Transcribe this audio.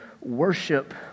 worship